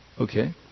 Okay